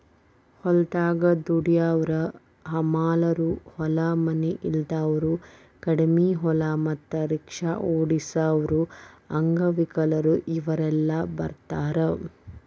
ಹೊಲದಾಗ ದುಡ್ಯಾವರ ಹಮಾಲರು ಹೊಲ ಮನಿ ಇಲ್ದಾವರು ಕಡಿಮಿ ಹೊಲ ಮತ್ತ ರಿಕ್ಷಾ ಓಡಸಾವರು ಅಂಗವಿಕಲರು ಇವರೆಲ್ಲ ಬರ್ತಾರ